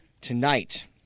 tonight